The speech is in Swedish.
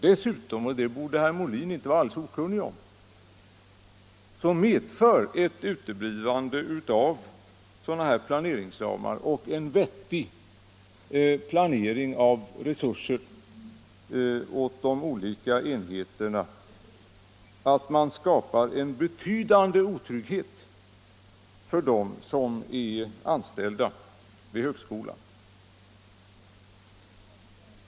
Dessutom — och det borde herr Molin inte vara alldeles okunnig om — medför ett uteblivande av sådana här planeringsramar och av en vettig fördelning av resurser på de olika enheterna att man skapar en betydande otrygghet för dem som är anställda vid högskolan.